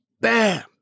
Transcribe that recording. bam